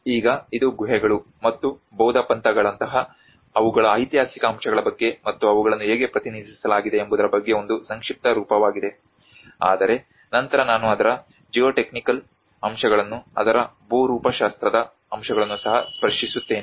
ಈಗ ಇದು ಗುಹೆಗಳು ಮತ್ತು ಬೌದ್ಧ ಪಂಥಗಳಂತಹ ಅವುಗಳ ಐತಿಹಾಸಿಕ ಅಂಶಗಳ ಬಗ್ಗೆ ಮತ್ತು ಅವುಗಳನ್ನು ಹೇಗೆ ಪ್ರತಿನಿಧಿಸಲಾಗಿದೆ ಎಂಬುದರ ಬಗ್ಗೆ ಒಂದು ಸಂಕ್ಷಿಪ್ತ ರೂಪವಾಗಿದೆ ಆದರೆ ನಂತರ ನಾನು ಅದರ ಜಿಯೋಟೆಕ್ನಿಕಲ್ ಅಂಶಗಳನ್ನು ಅದರ ಭೂರೂಪಶಾಸ್ತ್ರದ ಅಂಶಗಳನ್ನು ಸಹ ಸ್ಪರ್ಶಿಸುತ್ತೇನೆ